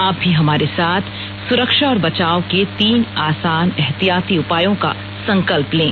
आप भी हमारे साथ सुरक्षा और बचाव के तीन आसान एहतियाती उपायों का संकल्प लें